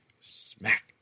smack